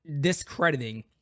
discrediting